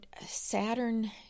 Saturn